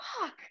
fuck